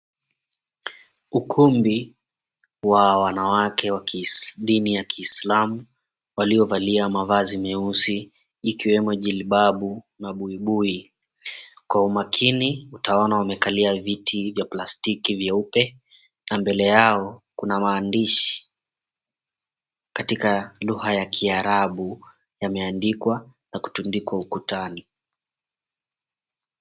Ukumbi wa wanawake wa dini ya kiislamu waliovalia mavazi meusi, ikiwemo jilibabu na buibui. Kwa umakini utaona wamekalia viti vya plastiki vyeupe, na mbele yao kuna maandishi katika lugha ya kiarabu yameandikwa na kutundikwa ukutani.